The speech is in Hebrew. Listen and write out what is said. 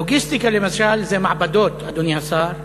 לוגיסטיקה, למשל, זה מעבדות, אדוני השר,